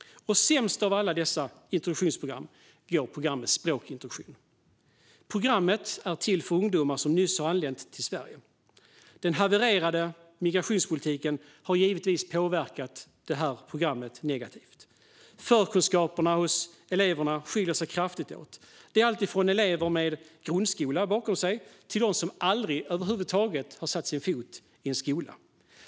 Sämst av alla introduktionsprogram går programmet språkintroduktion. Programmet är till för ungdomar som nyss har anlänt till Sverige. Den havererade migrationspolitiken har givetvis påverkat programmet negativt. Förkunskaperna hos eleverna skiljer sig kraftigt åt. Det är alltifrån elever med grundskola bakom sig till dem som aldrig över huvud taget har satt sin fot i en skola.